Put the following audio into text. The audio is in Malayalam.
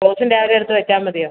റോസും രാവിലെ എടുത്ത് വെച്ചാൽ മതിയോ